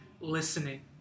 listening